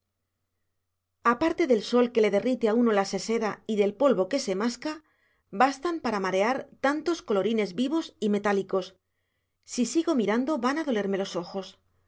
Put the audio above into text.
aparte del sol que le derrite a uno la sesera y del polvo que se masca bastan para marear tantos colorines vivos y metálicos si sigo mirando van a dolerme los ojos